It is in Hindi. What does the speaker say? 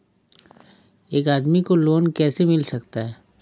एक आदमी को लोन कैसे मिल सकता है?